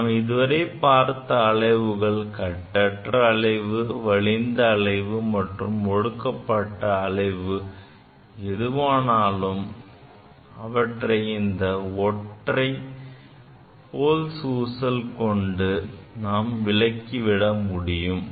நாம் இதுவரை பார்த்த அலைவுகள் கட்டற்ற அலைவு வலிந்த அலைவு மற்றும் ஒடுக்கப்பட்ட அலைவு எதுவானாலும் அவற்றை இந்த ஒற்றை Pohls தனி ஊசல் கொண்டு விளக்கவிட முடியும்